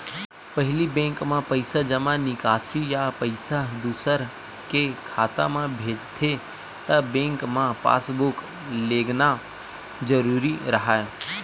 पहिली बेंक म पइसा जमा, निकासी या पइसा दूसर के खाता म भेजथे त बेंक म पासबूक लेगना जरूरी राहय